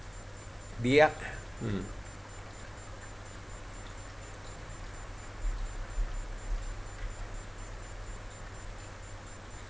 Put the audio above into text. mm